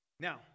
Now